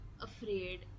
afraid